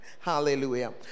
Hallelujah